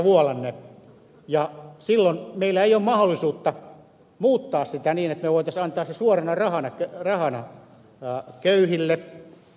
vuolanne ja silloin meillä ei ole mahdollisuutta muuttaa sitä niin että me voisimme antaa sen suorana rahana köyhille